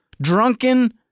Drunken